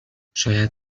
شاید